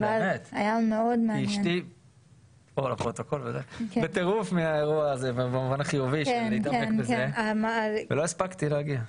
אשתי בטירוף במובן החיובי מזה, ולא הספקתי להגיע.